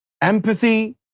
Empathy